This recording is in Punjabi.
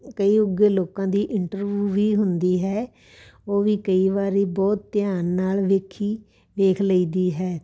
ਕਈ ਉੱਘੇ ਲੋਕਾਂ ਦੀ ਇੰਟਰਵਿਊ ਵੀ ਹੁੰਦੀ ਹੈ ਉਹ ਵੀ ਕਈ ਵਾਰੀ ਬਹੁਤ ਧਿਆਨ ਨਾਲ ਵੇਖੀ ਵੇਖ ਲਈ ਦੀ ਹੈ